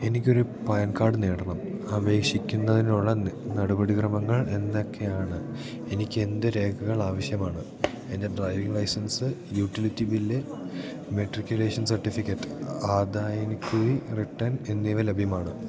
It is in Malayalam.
എനിക്കൊരു പാൻ കാഡ് നേടണം അപേക്ഷിക്കുന്നതിനുള്ള നടപടിക്രമങ്ങൾ എന്തൊക്കെയാണ് എനിക്കെന്ത് രേഖകളാവശ്യമാണ് എന്റെ driving licence utility bill matriculation certificate ആദായനികുതി റിട്ടേൺ എന്നിവ ലഭ്യമാണ്